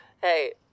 hey